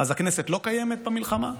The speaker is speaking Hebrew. אז הכנסת לא קיימת במלחמה?